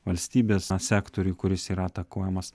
valstybės sektorių kuris yra atakuojamas